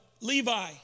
Levi